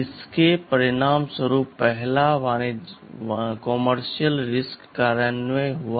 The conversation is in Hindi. इसके परिणामस्वरूप पहला वाणिज्यिक RISC कार्यान्वयन हुआ